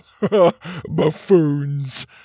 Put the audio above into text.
Buffoons